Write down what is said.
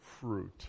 fruit